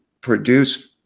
produce